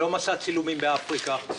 לא מסע צילומים באפריקה,